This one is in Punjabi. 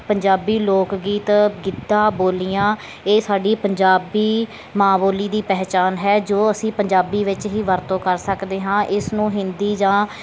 ਪੰਜਾਬੀ ਲੋਕ ਗੀਤ ਗਿੱਦਾ ਬੋਲੀਆਂ ਇਹ ਸਾਡੀ ਪੰਜਾਬੀ ਮਾਂ ਬੋਲੀ ਦੀ ਪਹਿਚਾਣ ਹੈ ਜੋ ਅਸੀਂ ਪੰਜਾਬੀ ਵਿੱਚ ਹੀ ਵਰਤੋਂ ਕਰ ਸਕਦੇ ਹਾਂ ਇਸ ਨੂੰ ਹਿੰਦੀ ਜਾਂ